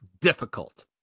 difficult